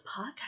podcast